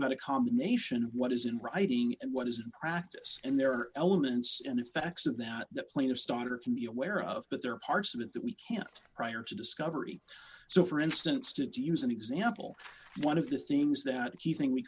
about a combination of what is in writing and what is in practice and there are elements and effects of that that plane of starter can be aware of but there are parts of it that we can't prior to discovery so for instance to use an example one of the things that